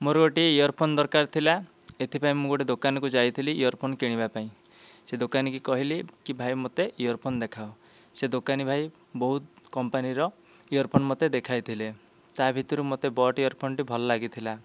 ମୋର ଗୋଟିଏ earphone ଦରକାର ଥିଲା ଏଥିପାଇଁ ମୁଁ ଗୋଟିଏ ଦୋକାନ କୁ ଯାଇଥିଲି ଇୟର ଫୋନ୍ କାଣିବା ପାଇଁ ସେ ଦୋକାନୀ କୁ କହିଲି ଭାଇ ମୋତେ ଇୟର ଫୋନ୍ ଦେଖାଅ ସେ ଦୋକାନୀ ଭାଇ ବହୁତ କମ୍ପାନୀ ର ଇୟର ଫୋନ୍ ମୋତେ ଦେଖାଇଥିଲେ ତା ଭିତରୁ ମୋତେ ବଟ ଇୟର ଫୋନ୍ ଟି ଭଲ ଲାଗିଥିଲା